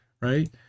Right